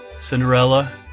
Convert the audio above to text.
Cinderella